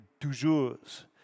Toujours